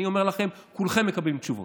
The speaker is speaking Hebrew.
אני אומר לכם: כולכם מקבלים תשובות.